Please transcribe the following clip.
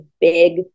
big